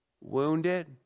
wounded